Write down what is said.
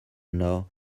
know